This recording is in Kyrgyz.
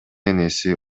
энеси